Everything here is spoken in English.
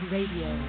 Radio